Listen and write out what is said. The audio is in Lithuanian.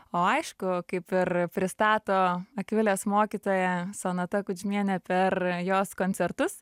o aišku kaip ir pristato akvilės mokytoja sonata kudžmienė per jos koncertus